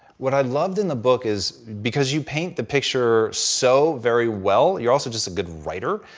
what i loved in the book is because you paint the picture so very well you are also just a good writer,